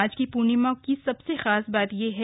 आज की पूर्णिमा की सबसे खास बात है